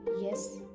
Yes